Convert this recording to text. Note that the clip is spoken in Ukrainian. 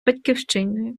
батьківщиною